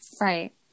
Right